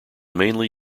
mainly